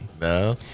No